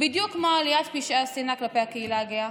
בדיוק כמו עליית פשעי השנאה כלפי הקהילה הגאה,